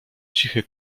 cichy